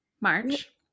March